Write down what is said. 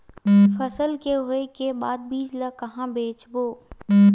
फसल के होय के बाद बीज ला कहां बेचबो?